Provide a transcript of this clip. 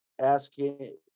asking